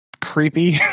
creepy